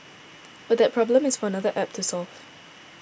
but that problem is for another App to solve